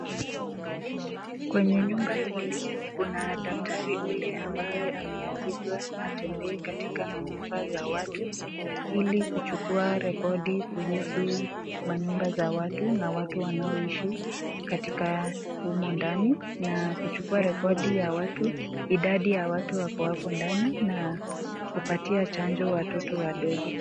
Kwenye nyumba hili kuna daktari ambaye ameagizwa atembea katika nyumba za watu ili kuchukua rekodi za watu kuhusu manyumba za watu na watu wanaoishi katika humo ndani, na kuchukua rekodi ya watu , idadi ya watu wako apo ndani na kupatia chanjo watoto wadogo.